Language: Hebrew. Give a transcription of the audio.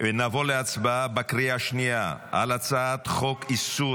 להצבעה בקריאה השנייה על הצעת חוק איסור